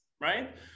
right